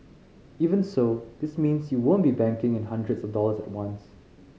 even so this means you won't be banking in hundreds of dollars at once